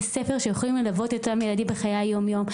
הספר שיכולים ללוות את אותם ילדים בחיי היומיום,